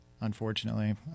unfortunately